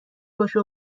باشه